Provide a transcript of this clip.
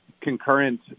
concurrent